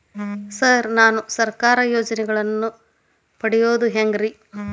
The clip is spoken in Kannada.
ಸರ್ ನಾನು ಸರ್ಕಾರ ಯೋಜೆನೆಗಳನ್ನು ಪಡೆಯುವುದು ಹೆಂಗ್ರಿ?